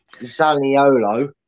Zaniolo